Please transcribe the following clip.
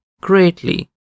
greatly